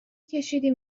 کشیدیم